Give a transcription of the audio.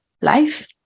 life